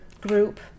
group